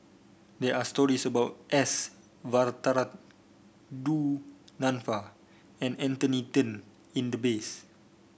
there are stories about S Varathan Du Nanfa and Anthony Then in the base